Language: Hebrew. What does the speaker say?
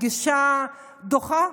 הגישה הדוחה,